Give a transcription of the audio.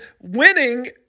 winning